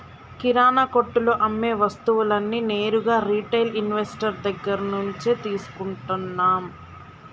కిరణా కొట్టులో అమ్మే వస్తువులన్నీ నేరుగా రిటైల్ ఇన్వెస్టర్ దగ్గర్నుంచే తీసుకుంటన్నం